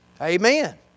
Amen